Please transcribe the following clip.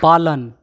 पालन